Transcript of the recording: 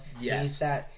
Yes